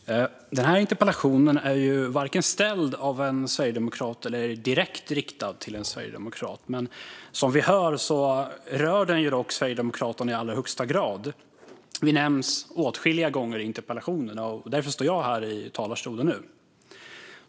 Herr talman! Den här interpellationen är varken ställd av eller riktad till en sverigedemokrat, men som vi hör rör den Sverigedemokraterna i allra högsta grad. Vi nämns åtskilliga gånger i interpellationen, och därför står jag nu här i talarstolen.